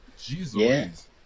Jesus